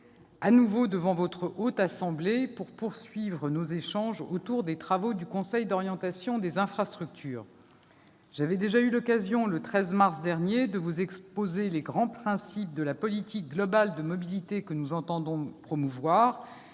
à nouveau devant votre Haute Assemblée pour poursuivre nos échanges autour des travaux du Conseil d'orientation des infrastructures, le COI. Le 13 mars dernier, j'avais déjà eu l'occasion de vous exposer les grands principes de la politique globale de mobilité que nous entendons promouvoir.